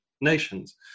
nations